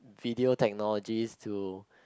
video technologies to